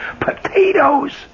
Potatoes